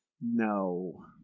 No